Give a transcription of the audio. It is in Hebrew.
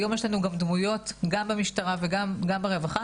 היום יש לנו דמויות גם במשטרה וגם ברווחה